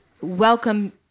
welcome